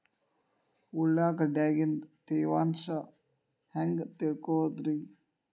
ಉಳ್ಳಾಗಡ್ಯಾಗಿನ ತೇವಾಂಶ ಹ್ಯಾಂಗ್ ತಿಳಿಯೋದ್ರೇ?